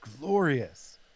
glorious